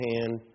hand